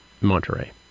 monterey